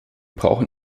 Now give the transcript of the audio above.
brauchen